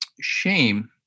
Shame